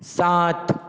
सात